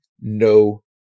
no